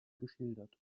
geschildert